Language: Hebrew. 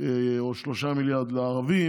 או 53 מיליארד לערבים,